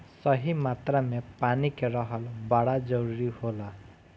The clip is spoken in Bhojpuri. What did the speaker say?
सही मात्रा में पानी के रहल बड़ा जरूरी होला